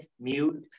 mute